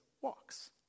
walks